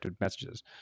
messages